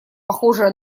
похожее